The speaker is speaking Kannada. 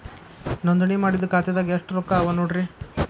ನೋಂದಣಿ ಮಾಡಿದ್ದ ಖಾತೆದಾಗ್ ಎಷ್ಟು ರೊಕ್ಕಾ ಅವ ನೋಡ್ರಿ